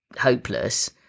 hopeless